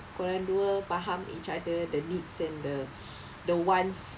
kau orang dua faham each other the needs and the the wants